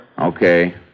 Okay